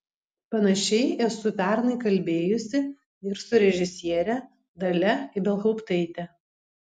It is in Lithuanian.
panašiai esu pernai kalbėjusi ir su režisiere dalia ibelhauptaite